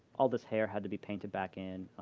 all this hair had to be painted back in.